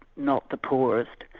not the poorest,